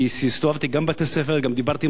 כי הסתובבתי גם בבתי-ספר וגם דיברתי עם